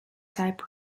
type